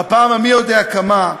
בפעם המי-יודע-כמה,